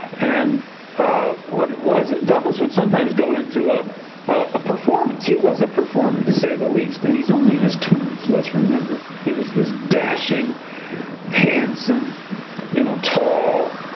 and what it was, douglass would sometimes go into ah a performance. he was a performer, to say the least, and he's only in his twenty s, let's remember. he was this dashing handsome you know tall